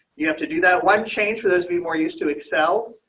you have to do that one change for those be more used to excel.